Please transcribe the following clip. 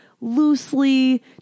loosely